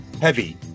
heavy